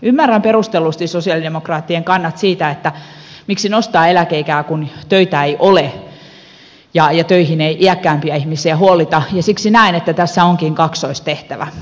ymmärrän perustellusti sosialidemokraattien kannat siitä että miksi nostaa eläkeikää kun töitä ei ole ja töihin ei iäkkäämpiä ihmisiä huolita ja siksi näen että tässä onkin kaksoistehtävä